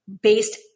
based